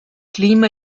klima